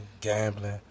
gambling